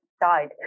died